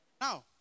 Now